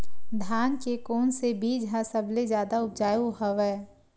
धान के कोन से बीज ह सबले जादा ऊपजाऊ हवय?